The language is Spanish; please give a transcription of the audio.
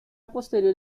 posterior